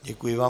Děkuji vám.